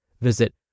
Visit